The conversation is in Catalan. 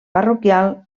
parroquial